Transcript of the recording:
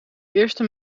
eerste